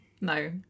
No